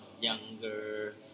younger